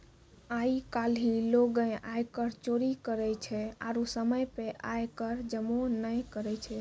आइ काल्हि लोगें आयकर चोरी करै छै आरु समय पे आय कर जमो नै करै छै